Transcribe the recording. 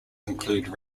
included